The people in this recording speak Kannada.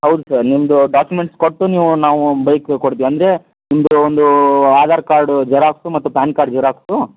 ಹೌದು ಸರ್ ನಿಮ್ಮದು ಡಾಕ್ಯುಮೆಂಟ್ಸ್ ಕೊಟ್ಟು ನೀವು ನಾವು ಬೈಕು ಕೊಡ್ತೀವಿ ಅಂದರೆ ನಿಮ್ಮದು ಒಂದು ಆಧಾರ ಕಾರ್ಡ್ ಜೆರಾಕ್ಸು ಮತ್ತು ಪ್ಯಾನ್ ಕಾರ್ಡ್ ಜೆರಾಕ್ಸು